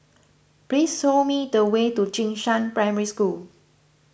please saw me the way to Jing Shan Primary School